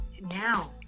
now